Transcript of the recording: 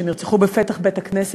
שנרצחו בפתח בית-הכנסת,